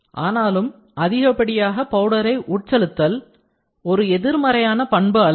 ஆனாலும் அதிகப்படியாக பவுடரை உட்செலுத்துதல் ஒரு எதிர்மறையான பண்பு அல்ல